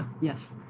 Yes